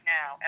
now